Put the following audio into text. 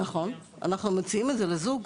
נכון, אנחנו מציעים את זה לזוג.